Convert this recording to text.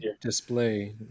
display